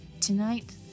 Tonight